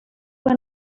fue